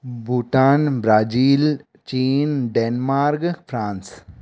Bhutan Brazil चीन Denmark France